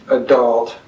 adult